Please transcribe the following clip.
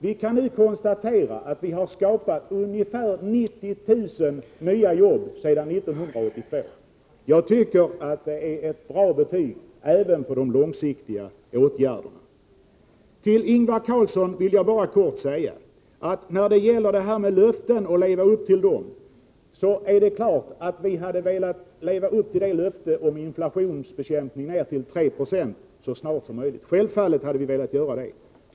Vi kan nu konstatera att vi har skapat ungefär 90 000 nya jobb sedan 1982. Jag tycker att det är ett bra betyg även på de långsiktiga åtgärderna. Till Ingvar Karlsson i Bengtsfors vill jag bara kort säga följande. När det gäller att leva upp till löften är det klart att vi hade velat leva upp till löftet om inflationsbekämpning för att få ned inflationen till 3 76 så fort som möjligt. Självfallet hade vi velat nå det målet.